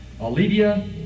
Olivia